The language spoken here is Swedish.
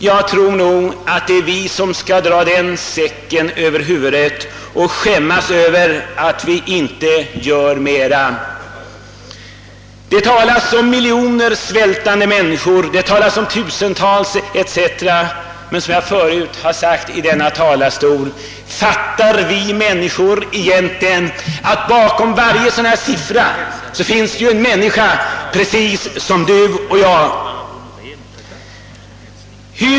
Jag tycker att det är vi som skall dra en säck över huvudet och skämmas för att vi inte gör mera för u-länderna. Det talas om miljoner svältande människor, etc. Som jag förut har sagt i denna talarstol, fattar vi egentligen att bakom dessa siffror finns människor som vi själva?